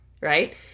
right